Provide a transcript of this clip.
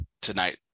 tonight